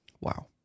Wow